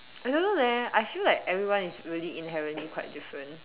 I don't know leh I feel like everyone is really inherently quite different